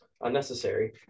unnecessary